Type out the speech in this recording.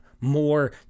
more